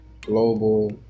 global